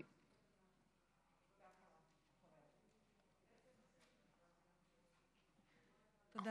תודה,